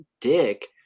dick